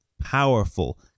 powerful